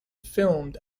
filmed